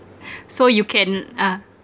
so you can uh